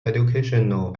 educational